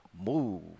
move